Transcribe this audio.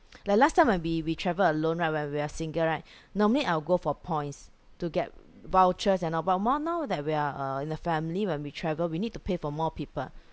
like last time when we we travel alone right when we're single right normally I'll go for points to get vouchers and all but now now that we are uh in a family when we travel we need to pay for more people